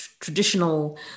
traditional